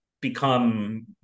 become